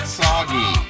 soggy